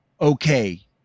okay